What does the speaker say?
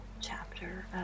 chapter